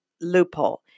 loophole